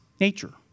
nature